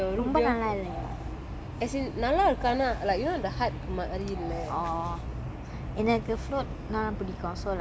I don't think so eh A&W the root beer as in நல்லா இருக்கு ஆனா:nalla irukku aana like you know the hype from the early